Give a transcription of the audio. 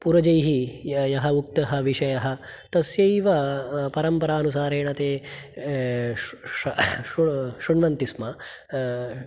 पूर्वजैः य यः उक्तः विषयः तस्यैव परम्परानुसारेण ते श् श्र् शृण्वन्ति स्म